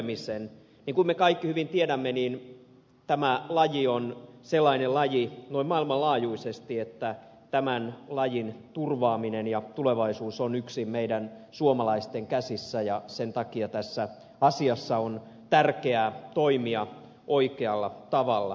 niin kuin me kaikki hyvin tiedämme niin tämä laji on sellainen laji noin maailmanlaajuisesti että tämän lajin turvaaminen ja tulevaisuus on yksin meidän suomalaisten käsissä ja sen takia tässä asiassa on tärkeä toimia oikealla tavalla